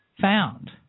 found